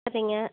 சரிங்க